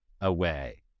away